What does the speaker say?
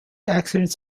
accidents